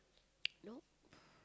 nope